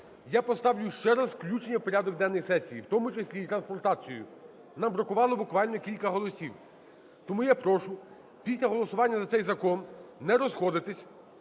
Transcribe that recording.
я поставлю ще раз включення в порядок денний сесії, в тому числі і трансплантацію. Нам бракувало буквально кілька голосів. Тому я прошу після голосування за цей закон не розходитись.